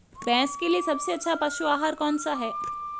भैंस के लिए सबसे अच्छा पशु आहार कौनसा है?